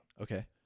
Okay